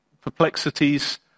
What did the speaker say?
perplexities